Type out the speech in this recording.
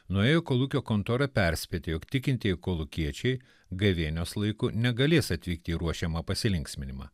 nuėjo į kolūkio kontorą perspėti jog tikintieji kolūkiečiai gavėnios laiku negalės atvykti į ruošiamą pasilinksminimą